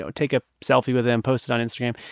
so take a selfie with him, post it on instagram.